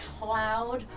cloud